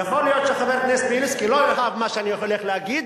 יכול להיות שחבר הכנסת בילסקי לא יאהב את מה שאני הולך להגיד,